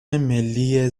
ملی